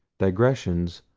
digressions,